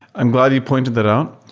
i'm glad you pointed that out.